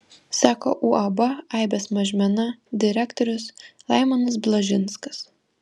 sako uab aibės mažmena direktorius laimonas blažinskas